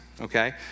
okay